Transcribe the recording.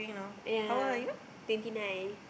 ya twenty nine